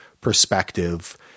perspective